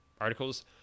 articles